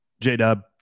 J-Dub